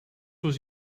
was